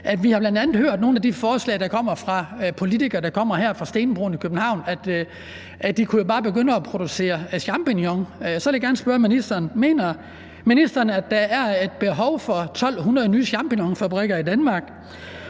Vi har bl.a. hørt nogle af de forslag, der kommer fra politikere, der kommer her fra stenbroen i København, om at man jo bare kunne begynde at producere champignoner. Så vil jeg gerne spørge ministeren: Mener ministeren, at der er et behov for 1.200 nye champignonfabrikker i Danmark?